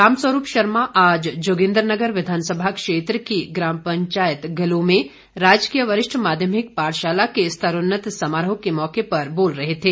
रामस्वरूप शर्मा आज जोगिन्द्रनगर विधानसभा क्षेत्र की ग्राम पंचायत गलू में राजकीय वरिष्ठ माध्यमिक पाठशाला के स्तरोन्नत समारोह के मौके पर बोल रहे थे